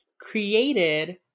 created